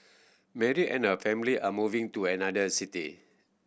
Mary and her family are moving to another city